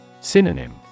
Synonym